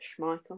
Schmeichel